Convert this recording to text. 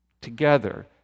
together